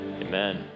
Amen